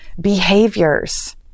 behaviors